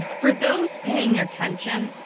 for those paying attention,